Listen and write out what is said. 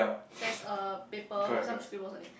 there is a paper with some scribbles on it